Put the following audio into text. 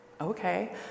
Okay